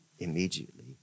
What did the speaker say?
Immediately